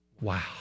Wow